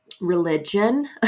religion